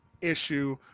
issue